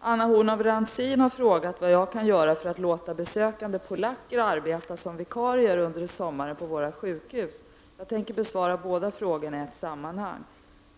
Anna Horn af Rantzien har frågat vad jag kan göra för att låta besökande polacker arbeta som vikarier under sommaren på våra sjukhus. Jag tänker besvara båda frågorna i ett sammanhang.